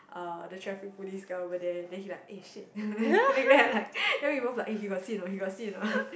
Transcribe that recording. uh the traffic police guy over there then he like eh shit then we both like eh he got see or not he got see or not